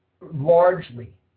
largely